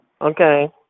Okay